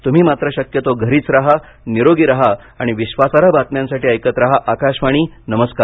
तुम्ही मात्र शक्यतो घरीच राहा निरोगी राहा आणि विश्वासार्ह बातम्यांसाठी ऐकत राहा आकाशवाणी नमस्कार